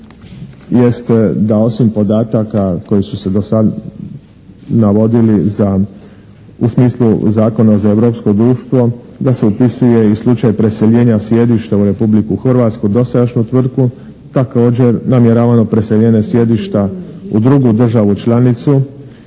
jest da osim podataka koji su se do sada navodili za u smislu zakona za europsko društvo da se upisuje i slučaj preseljenja sjedišta u Republiku Hrvatsku dosadašnju tvrtku. Također namjeravano preseljenje sjedišta u drugu državu članicu.